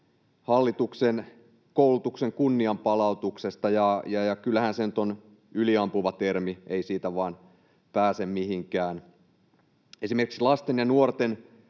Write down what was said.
hallituksen koulutuksen kunnianpalautuksesta, ja kyllähän se nyt on yliampuva termi, ei siitä vain pääse mihinkään. Esimerkiksi lasten ja nuorten